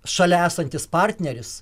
šalia esantis partneris